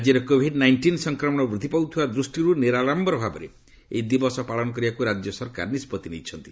ରାଜ୍ୟରେ covid nineteen ସଂକ୍ରମଣ ବୃଦ୍ଧି ପାଉଥିବା ଦୃଷ୍ଟିର୍ ନିରାଡ଼ମ୍ବର ଭାବେ ଏହି ଦିବସ ପାଳନ କରିବାକୁ ରାଜ୍ୟ ସରକାର ନିଷ୍ପଭି ନେଇଛନ୍ତି